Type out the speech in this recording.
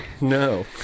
No